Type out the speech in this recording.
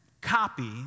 copy